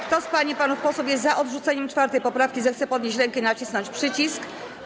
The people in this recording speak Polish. Kto z pań i panów posłów jest za odrzuceniem 4. poprawki, zechce podnieść rękę i nacisnąć przycisk.